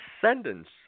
Descendants